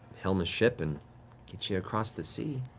helm a ship and get you across the sea.